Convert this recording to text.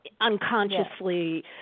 unconsciously